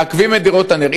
מעכבים את דירות נ"ר.